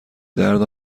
درد